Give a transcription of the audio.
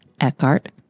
Eckhart